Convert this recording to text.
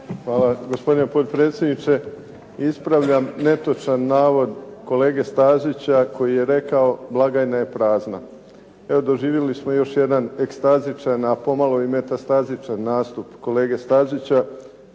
Hvala gospodine potpredsjedniče. Ispravljam netočan navod kolege Stazića koji je rekao blagajna je prazna. Doživjeli smo još jedan ekstazičan, a pomalo i metastazičan nastup kolege Stazića